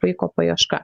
vaiko paieška